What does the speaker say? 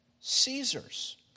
Caesars